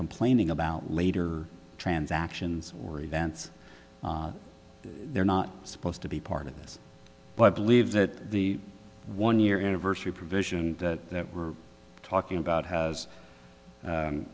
complaining about later transactions or events they're not supposed to be part of this but i believe that the one year anniversary provision that we're talking about has